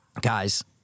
guys